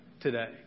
today